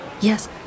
Yes